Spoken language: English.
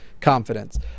confidence